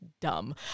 dumb